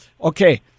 Okay